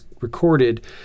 recorded